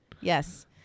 yes